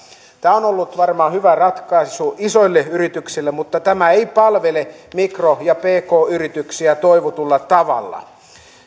tämä on on ollut varmaan hyvä ratkaisu isoille yrityksille mutta tämä ei palvele mikro ja pk yrityksiä toivotulla tavalla